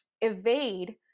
evade